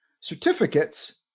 Certificates